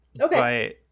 Okay